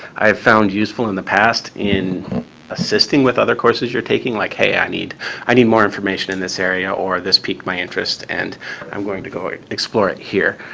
i have found, useful in the past, in assisting with other courses you're taking. like, hey, i need i need more information in this area or this piqued my interest and i'm going to go and explore it here.